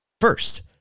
first